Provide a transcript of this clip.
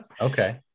Okay